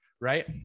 right